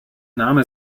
name